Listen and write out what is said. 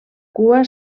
cua